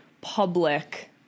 public